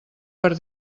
per